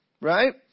right